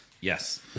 Yes